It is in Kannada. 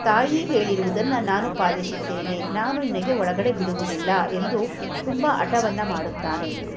ತಾಯಿ ಹೇಳಿರುವುದನ್ನು ನಾನು ಪಾಲಿಸುತ್ತೇನೆ ನಾನು ನಿನಗೆ ಒಳಗಡೆ ಬಿಡುವುದಿಲ್ಲ ಎಂದು ತುಂಬ ಹಠವನ್ನ ಮಾಡುತ್ತಾನೆ